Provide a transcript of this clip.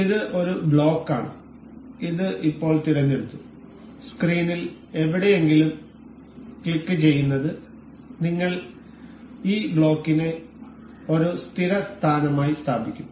ഇത് ഒരു ബ്ലോക്കാണ് ഇത് ഇപ്പോൾ തിരഞ്ഞെടുത്തു സ്ക്രീനിൽ എവിടെയെങ്കിലും ക്ലിക്കുചെയ്യുന്നത് നിങ്ങൾ ഈ ബ്ലോക്കിനെ ഒരു സ്ഥിര സ്ഥാനമായി സ്ഥാപിക്കും